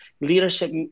leadership